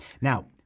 Now